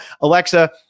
Alexa